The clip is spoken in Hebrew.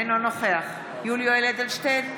אינו נוכח יולי יואל אדלשטיין,